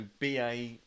BA